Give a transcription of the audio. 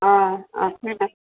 অ অ ঠিক আছে